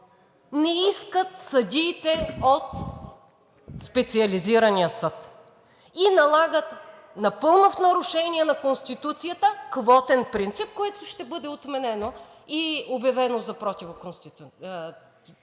не искат съдиите от Специализирания съд и налагат напълно в нарушение на Конституцията квотен принцип, което ще бъде отменено и обявено в нарушение на Конституцията.